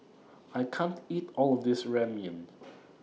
I can't eat All of This Ramyeon